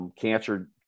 cancer